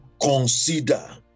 consider